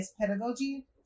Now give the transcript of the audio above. Pedagogy